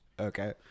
Okay